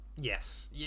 yes